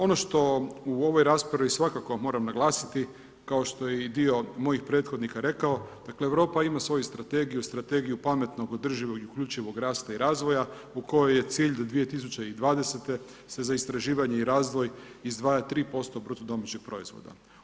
Ono što u ovoj raspravi svakako moram naglasiti, kao što je i dio mojih prethodnika rekao, dakle Europa ima svoju strategiju, strategiju pametnog, održivog i uključivog rasta i razvoja u kojoj je cilj do 2020. se za istraživanje i razvoj izdvaja 3% bruto domaćeg proizvoda.